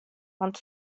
want